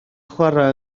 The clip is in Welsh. chwarae